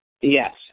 Yes